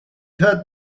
heard